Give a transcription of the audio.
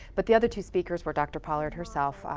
but the other two speakers were dr pollard herself,